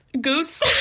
goose